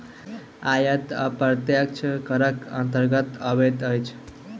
आयकर प्रत्यक्ष करक अन्तर्गत अबैत अछि